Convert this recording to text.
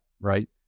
right